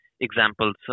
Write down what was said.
examples